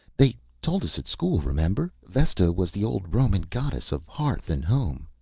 they told us at school remember? vesta was the old roman goddess of hearth and home.